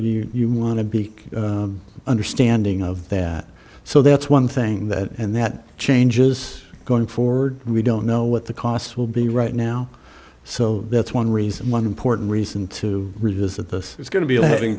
sure you want to be understanding of that so that's one thing that and that changes going forward we don't know what the cost will be right now so that's one reason one important reason to revisit this is going to be a living